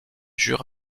jure